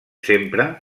sempre